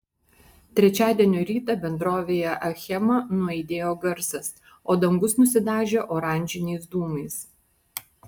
trečiadienio rytą bendrovėje achema nuaidėjo garsas o dangus nusidažė oranžiniais dūmais